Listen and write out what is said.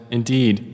Indeed